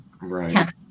right